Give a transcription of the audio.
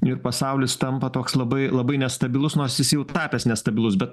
ir pasaulis tampa toks labai labai nestabilus nors jis jau tapęs nestabilus bet